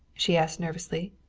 she asked nervously.